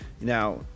Now